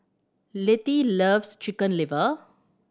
Letty loves Chicken Liver